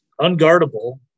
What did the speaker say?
unguardable